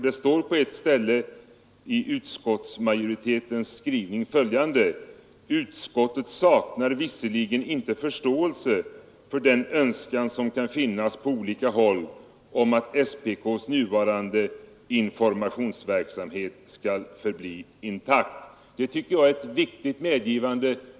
Det står på ett ställe i utskottsmajoritetens skrivning följande: ”Utskottet saknar visserligen inte förståelse för den önskan som kan finnas på olika håll om att SPK:s nuvarande informationsverksamhet skall förbli intakt.” Det tycker jag är ett viktigt medgivande.